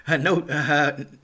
no